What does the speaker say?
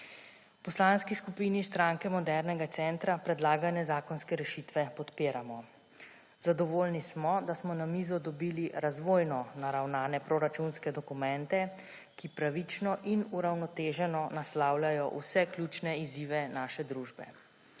Poslanski skupini Stranke modernega centra predlagane zakonske rešitve podpiramo. Zadovoljni smo, da smo na mizo dobili razvojno naravnane proračunske dokumente, ki pravično in uravnoteženo naslavljajo vse ključne izzive naše družbe.